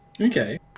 Okay